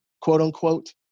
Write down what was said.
quote-unquote